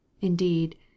indeed